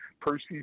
Percy